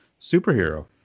superhero